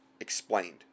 Explained